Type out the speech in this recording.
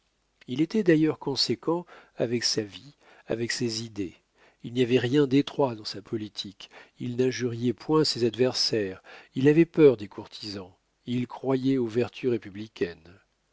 il était d'ailleurs conséquent avec sa vie avec ses idées il n'y avait rien d'étroit dans sa politique il n'injuriait point ses adversaires il avait peur des courtisans il croyait aux vertus républicaines